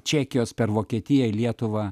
čekijos per vokietiją į lietuvą